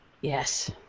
Yes